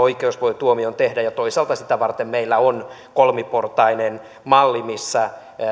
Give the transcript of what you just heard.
oikeus voi tuomion tehdä toisaalta sitä varten meillä on kolmiportainen malli missä